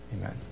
amen